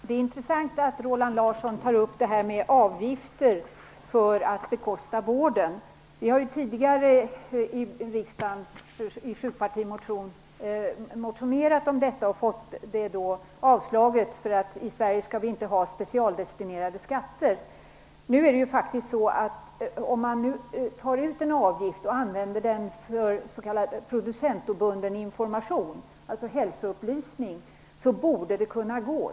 Herr talman! Det är intressant att Roland Larsson tar upp frågan om avgifter för att bekosta vården. Vi har ju tidigare i riksdagen i en sjupartimotion föreslagit detta, men motionen avslogs med motiveringen att vi i Sverige inte skall ha specialdestinerade skatter. producentobunden information, dvs. hälsoupplysning, borde det kunna gå.